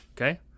Okay